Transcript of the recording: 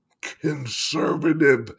conservative